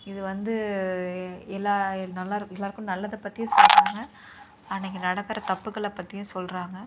இது வந்து எல்லா நல்லாருக்கு எல்லாருக்கும் நல்லதை பற்றியும் சொல்லுறாங்க அன்னக்கு நடக்கிற தப்புக்களை பற்றியும் சொல்லுறாங்க